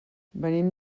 venim